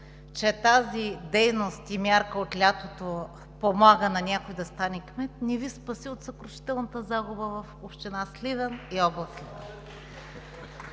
че тази дейност и мярка от лятото помага на някой да стане кмет, не Ви спаси от съкрушителната загуба в община Сливен и област.